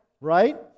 right